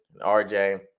RJ